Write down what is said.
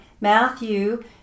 Matthew